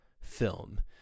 film